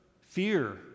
fear